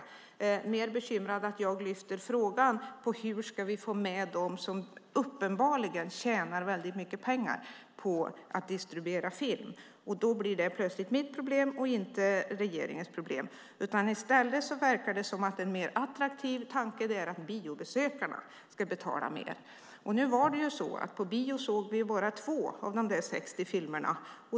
De är mer bekymrade över att jag lyfter frågan: Hur ska vi få med dem som uppenbarligen tjänar väldigt mycket pengar på att distribuera film? Det blir plötsligt mitt problem och inte regeringens problem. I stället verkar det som en mer attraktiv tanke att biobesökarna ska betala mer. Nu var det så att på bio såg vi bara två av de 60 filmerna.